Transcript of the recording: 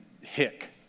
hick